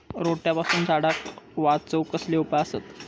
रोट्यापासून झाडाक वाचौक कसले उपाय आसत?